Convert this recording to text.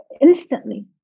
instantly